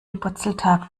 purzeltag